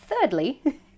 Thirdly